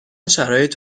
شرایط